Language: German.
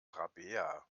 rabea